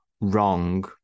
wrong